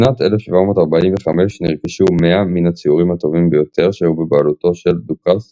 בשנת 1745 נרכשו 100 מן הציורים הטובים ביותר שהיו בבעלותו של דוכס